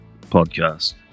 podcast